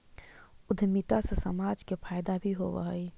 उद्यमिता से समाज के फायदा भी होवऽ हई